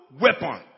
weapon